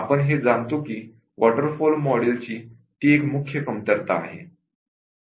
आपण हे जाणतो कि वॉटरफॉल मॉडेल ची ती मुख्य कमतरता आहे